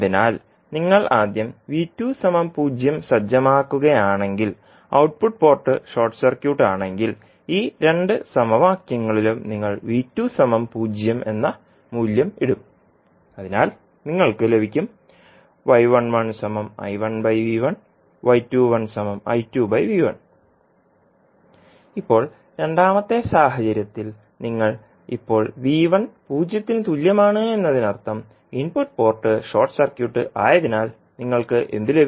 അതിനാൽ നിങ്ങൾ ആദ്യം 0 സജ്ജമാക്കുകയാണെങ്കിൽ ഔട്ട്പുട്ട് പോർട്ട് ഷോർട്ട് സർക്യൂട്ട് ആണെങ്കിൽ ഈ രണ്ട് സമവാക്യങ്ങളിലും നിങ്ങൾ 0 എന്ന മൂല്യം ഇടും അതിനാൽ നിങ്ങൾക്ക് ലഭിക്കും ഇപ്പോൾ രണ്ടാമത്തെ സാഹചര്യത്തിൽ നിങ്ങൾ ഇപ്പോൾ 0 ന് തുല്യമാണ് എന്നതിനർത്ഥം ഇൻപുട്ട് പോർട്ട് ഷോർട്ട് സർക്യൂട്ട് ആയതിനാൽ നിങ്ങൾക്ക് എന്ത് ലഭിക്കും